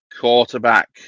Quarterback